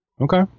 okay